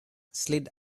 slid